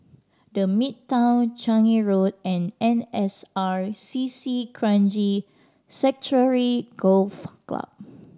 The Midtown Changi Road and N S R C C Kranji Sanctuary Golf Club